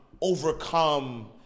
overcome